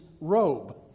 robe